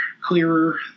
clearer